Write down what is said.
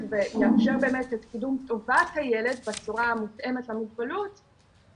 ויאפשר את קידום טובת הילד בצורה המותאמת למוגבלות,